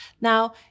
Now